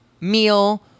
meal